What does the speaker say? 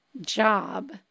job